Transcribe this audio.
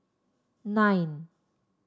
nine